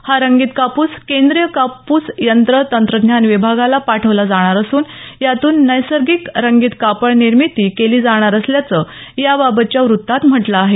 हा रंगीत कापूस केंद्रीय कापूस यंत्र तंत्रज्ञान विभागाला पाठवला जाणार असून यातून नैसर्गिक रंगीत कापड निर्मिती केली जाणार असल्याचं याबाबतच्या व्रत्तात म्हटलं आहे